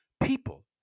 People